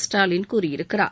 ஸ்டாலின் கூறியிருக்கிறார்